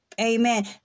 Amen